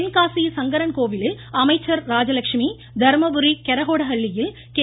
தென்காசி சங்கரன்கோவிலில் அமைச்சர் ராஜலட்சுமி தர்மபுரி கெரகோடஹள்ளி யில் கே